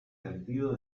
sentido